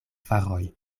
faroj